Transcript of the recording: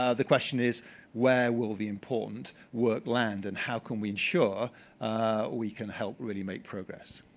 ah the question is where will the important work land and how can we ensure we can help really make progress?